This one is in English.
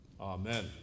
Amen